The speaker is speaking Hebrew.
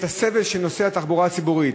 את הסבל של נוסעי התחבורה הציבורית.